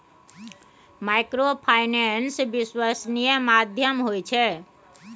Microfinance विश्वासनीय माध्यम होय छै?